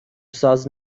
ساز